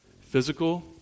physical